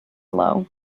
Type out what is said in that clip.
low